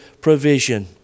provision